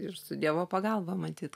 ir su dievo pagalba matyt